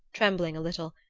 trembling a little,